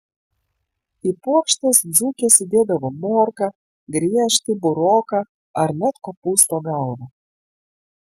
į puokštes dzūkės įdėdavo morką griežtį buroką ar net kopūsto galvą